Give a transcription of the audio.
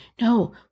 No